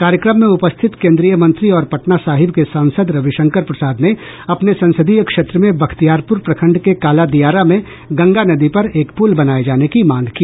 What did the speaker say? कार्यक्रम में उपस्थित केंद्रीय मंत्री और पटना साहिब के सांसद रविशंकर प्रसाद ने अपने संसदीय क्षेत्र में बख्तियारपुर प्रखंड के काला दियारा में गंगा नदी पर एक पुल बनाये जाने की मांग की